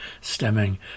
stemming